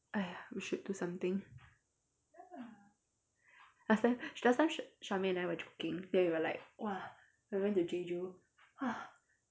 !aiya! we should do something last time last time ch~ charmaine and I were joking then we were like !wah! we went to jeju !wah!